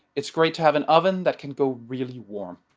it's great to have an oven that can go really warm.